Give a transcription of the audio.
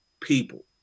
people